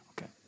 Okay